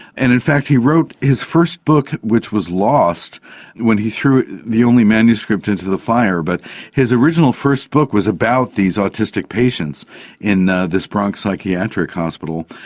and in fact he wrote his first book, which was lost when he threw the only manuscript into the fire, but his original first book was about these autistic patients in ah this bronx psychiatric hospital.